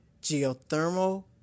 geothermal